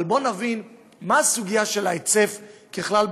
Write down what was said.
אבל בוא נבין מהי הסוגיה של ההיצף בכלל,